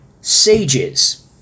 sages